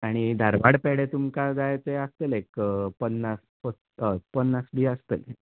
आनी धारवाड पेडे तुमकां जाय तें आसतलें एक पन्नास हय पन्नास बी आसतले